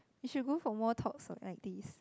you should go for more talks like this